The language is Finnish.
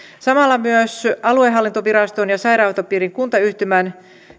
samalla myös aluehallintoviraston ja sairaanhoitopiirin kuntayhtymän